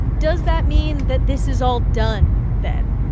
does that mean that this is all done, then?